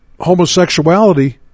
homosexuality